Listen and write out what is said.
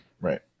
Right